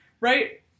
Right-